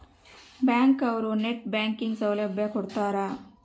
bank ಅವ್ರು net banking ಸೌಲಭ್ಯ ಕೊಡ್ತಾರ